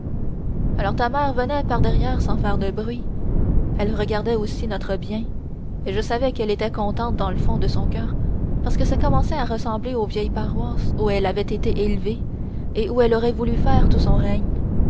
alors ta mère venait par-derrière sans faire de bruit elle regardait aussi notre bien et je savais qu'elle était contente dans le fond de son coeur parce que ça commençait à ressembler aux vieilles paroisses où elle avait été élevée et où elle aurait voulu faire tout son règne